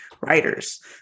writers